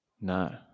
No